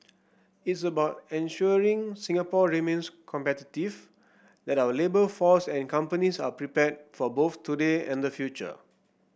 it's about ensuring Singapore remains competitive that our labour force and companies are prepared for both today and the future